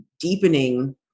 deepening